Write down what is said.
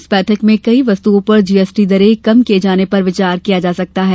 इस बैठक में कई वस्तुओं पर जीएसटी दरें कम किये जाने पर विचार किया जा सकता है